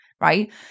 right